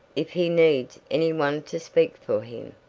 if he needs any one to speak for him,